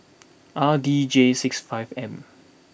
R D J six five M